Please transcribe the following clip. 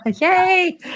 Yay